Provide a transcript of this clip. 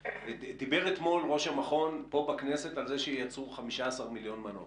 דיבר אתמול ראש המכון פה בכנסת על זה שייצרו 15 מיליון מנות,